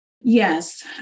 Yes